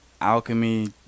alchemy